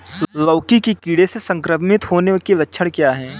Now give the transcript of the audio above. लौकी के कीड़ों से संक्रमित होने के लक्षण क्या हैं?